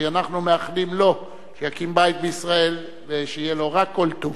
ואנחנו מאחלים לו שיקים בית בישראל ושיהיה לו רק כל טוב.